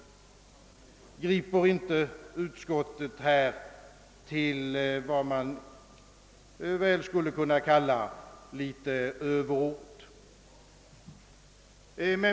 Tillgriper inte utskottet härvidlag i viss mån överord?